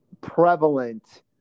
Prevalent